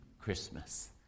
Christmas